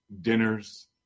dinners